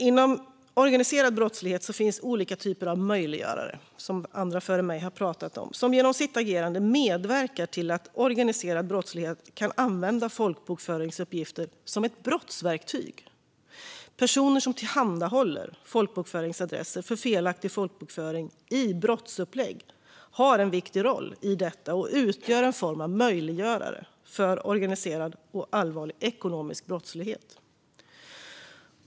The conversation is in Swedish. Inom organiserad brottslighet finns olika typer av möjliggörare, som andra före mig har talat om, som genom sitt agerande medverkar till att organiserad brottslighet kan använda folkbokföringsuppgifter som ett brottsverktyg. Personer som tillhandahåller folkbokföringsadresser för felaktig folkbokföring i brottsupplägg har en viktig roll i detta och utgör en form av möjliggörare för organiserad och allvarlig ekonomisk brottslighet.